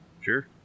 sure